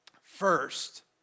First